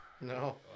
No